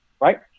Right